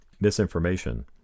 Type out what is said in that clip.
misinformation